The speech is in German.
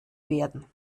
werden